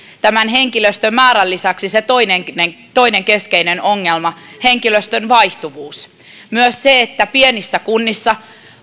henkilöstömäärän lisäksi se toinen keskeinen ongelma henkilöstön vaihtuvuus pienissä kunnissa